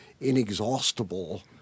inexhaustible